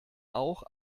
auch